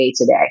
today